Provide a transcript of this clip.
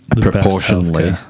proportionally